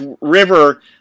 river